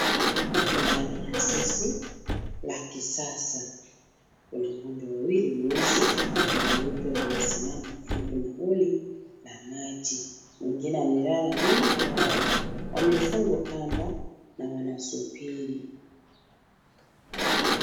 Ndani ya zizi la kisasa. Kuna ng'ombe wawili weusi na weupe wamesimama karibu na holi la maji . Mwingine amelala nyuma yao. Wamefungwa kamba na wanasubiri.